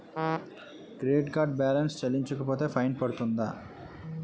Credit card balance చెల్లించకపోతే fine పడ్తుంద?